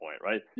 right